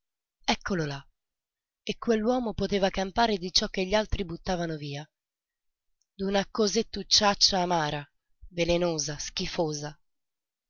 eccolo là e quell'uomo poteva campare di ciò che gli altri buttavano via d'una cosettucciaccia amara velenosa schifosa